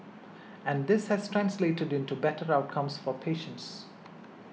and this has translated into better outcomes for patients